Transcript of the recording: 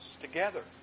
together